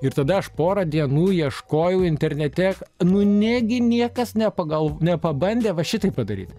ir tada aš porą dienų ieškojau internete nu negi niekas ne pagal nepabandė va šitaip padaryt